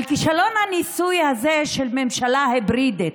כישלון הניסוי הזה של ממשלה היברידית,